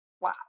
wow